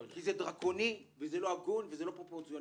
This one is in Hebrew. כי זה דרקוני וזה לא הגון וזה לא פרופורציונלי.